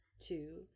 Two